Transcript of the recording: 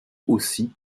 aussi